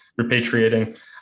repatriating